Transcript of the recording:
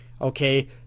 okay